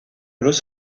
los